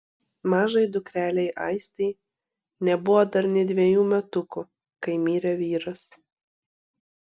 mažajai dukrelei aistei nebuvo dar nė dvejų metukų kai mirė vyras